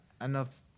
Enough